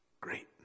great